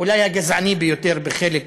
אולי הגזעני ביותר בחלק